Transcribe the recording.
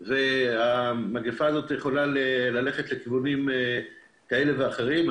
והמגפה הזאת יכולה ללכת לכיוונים כאלה ואחרים.